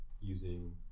using